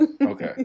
okay